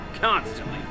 constantly